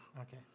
Okay